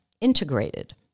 integrated